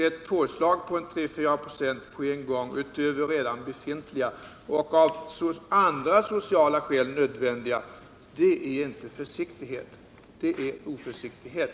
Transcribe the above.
Ett påslag på 3 å 4 96 på en gång utöver redan befintliga och andra av sociala skäl nödvändiga avgifter, det är inte försiktighet, det är oförsiktighet.